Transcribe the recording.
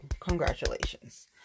Congratulations